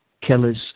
killers